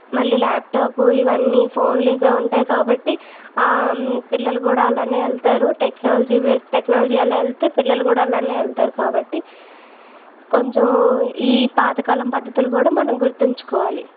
మళ్ళీ ల్యాప్టాపు ఇవన్నీ ఫోన్లు ఇవే ఉంటాయి కాబట్టి పిల్లలు కూడా అలానే వెళ్తారు టెక్నాలజీ టెక్నాలజీ ఎలా వెళ్తే పిల్లలు కూడా అలానే వెళ్తారు కాబట్టి కొంచెం ఈ పాతకాలం పద్ధతులు కూడా మనం గుర్తుంచుకోవాలి